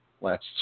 last